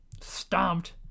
stomped